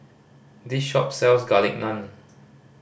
this shop sells Garlic Naan